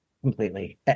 Completely